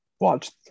watch